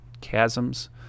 chasms